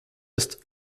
ist